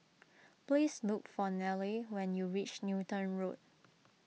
please look for Nelie when you reach Newton Road